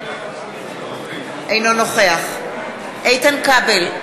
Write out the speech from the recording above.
אינו נוכח איתן כבל,